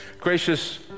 gracious